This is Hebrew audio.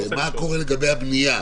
מה קורה לגבי הבנייה?